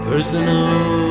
personal